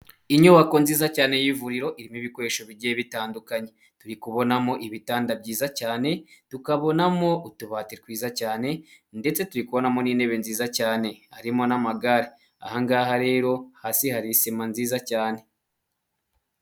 Inyubako nziza cyane y'ivuriro irimo bikoresho bigiye bitandukanye turi kubonamo ibitanda byiza cyane, tukabonamo utubati twiza cyane ndetse turikubonamo n'intebe nziza cyane harimo n'amagare, ahangaha rero hasi hari isima nziza cyane.